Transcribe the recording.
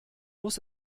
muss